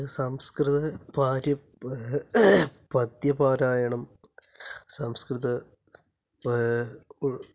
സംസ്കൃത പാര്യം പദ്യ പാരായണം സംസ്കൃത